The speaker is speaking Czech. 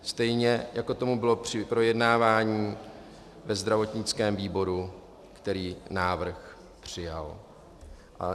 Stejně, jako tomu bylo při projednávání ve zdravotnickém výboru, který návrh přijal.